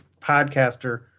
podcaster –